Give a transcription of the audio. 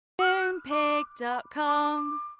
Moonpig.com